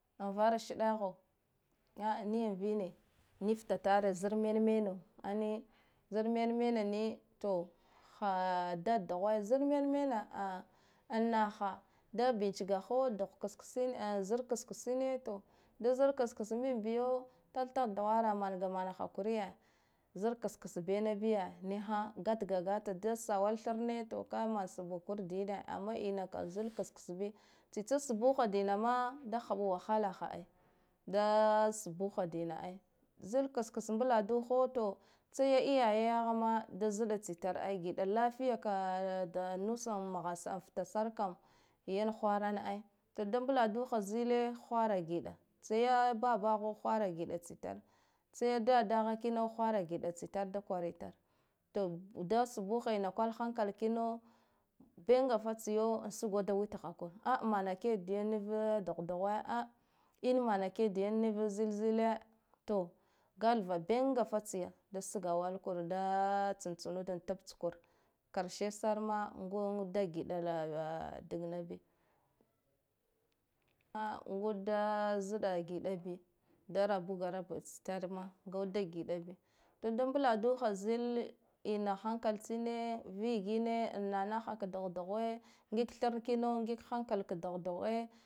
An vara shiɗaho ya niya vine ni fta tare zar men meno ani zar men mena ni, to ha dad duhwe zar men mena a annaha da bich ga ho duhwa ksksina zar ksksine da zar ksks bin biyo tath tath duhwara manga mana hakuriye zar kskse bena biya niha gatga gata da sawala tharne to ka man sbba kur dine amma ina kam zar ksks bi tsitsa subuha dina ma da haɓa wahala ai, da subuha dina ai zar ksks mbladuha to tsa ya iyaye ya ma da ziɗa tsitar ai, giɗa lafiya kadanusa mhasar ftasar kam yan hwaran ai to da mbladuha zile hwara giɗa tsa ya babaho hwara giɗa tsitare tsa ya dada ha kino hwara giɗa tsi tar da kwara itar to da subuha ina kwal hankal ino benga fa tsiyo an sigo da witha ko aa maneke biyan nivo ya ɗuh duhe a'a in mane ke da yan niva zil zile to gathva benga fa tsiya da sgawala kure da tsan tsanud tabtskur karshesarma nguda giɗa dagna bi a ngudda ziɗa giɗa bi da rabud raba tsitar ma nguda giɗa bi dada mbuladuha zil ina hankl tsine vigine an na naha ka duhduhwe ngig thar kino ngig inankal ka duhdu hwe.